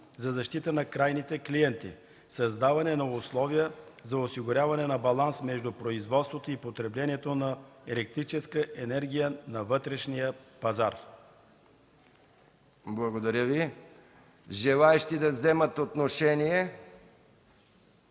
за защита на крайните клиенти; 13. създаване на условия за осигуряване на баланс между производството и потреблението на електрическа енергия на вътрешния пазар.” ПРЕДСЕДАТЕЛ МИХАИЛ МИКОВ: Благодаря Ви. Желаещи да вземат отношение